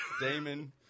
damon